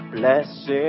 Blessed